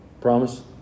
Promise